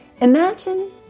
Imagine